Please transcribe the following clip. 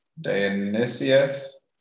Dionysius